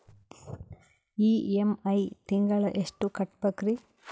EMI ತಿಂಗಳ ಎಷ್ಟು ಕಟ್ಬಕ್ರೀ?